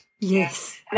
Yes